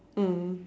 mm